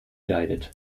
leidet